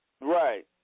Right